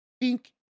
pink